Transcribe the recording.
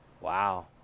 Wow